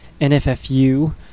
nffu